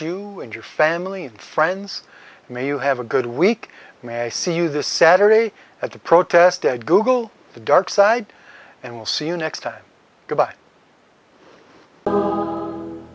you and your family and friends may you have a good week may see you this saturday at the protest at google the dark side and we'll see you next time